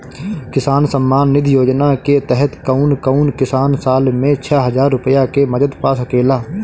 किसान सम्मान निधि योजना के तहत कउन कउन किसान साल में छह हजार रूपया के मदद पा सकेला?